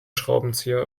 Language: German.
schraubenzieher